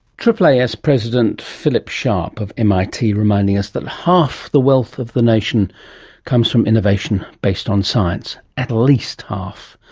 aaas president phillip sharp of mit, reminding us that half the wealth of the nation comes from innovation based on science, at least half.